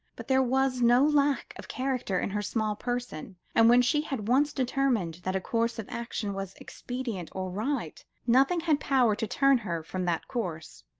but there was no lack of character in her small person, and when she had once determined that a course of action was expedient or right, nothing had power to turn her from that course.